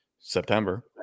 September